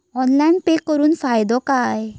Online pay करुन फायदो काय?